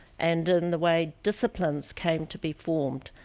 and in the way disciplines came to be formed.